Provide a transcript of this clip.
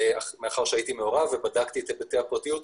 מאחר שהייתי מעורב ובדקתי את היבטי הפרטיות שלה,